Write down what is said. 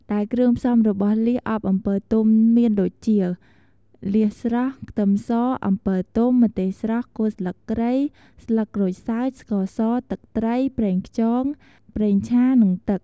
ដែលគ្រឿងផ្សំរបស់លៀសអប់អំពិលទុំមានដូចជា លៀសស្រស់ ខ្ទឹមស អំពិលទុំ ម្ទេសស្រស់ គល់ស្លឹកគ្រៃ ស្លឹកក្រូចសើច ស្ករស ទឹកត្រី ប្រេងខ្យង ប្រេងឆា និងទឹក។